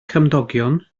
cymdogion